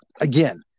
again